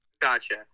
Gotcha